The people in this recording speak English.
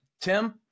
Tim